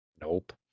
Nope